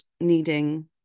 needing